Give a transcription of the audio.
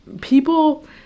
people